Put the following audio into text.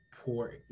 poor